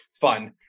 fun